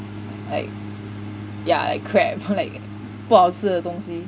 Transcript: like yeah like crab like 不好吃的东西